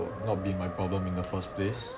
not being my problem in the first place